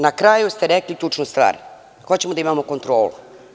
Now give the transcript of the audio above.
Na kraju ste rekli jednu stvar – hoćemo da imamo kontrolu.